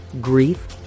grief